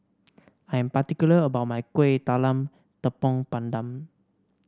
I'm particular about my Kueh Talam Tepong Pandan